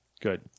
Good